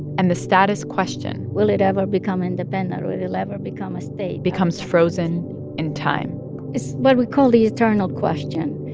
and the status question. will it ever become independent, or will it ever become a state. becomes frozen in time it's what we call the eternal question.